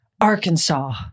Arkansas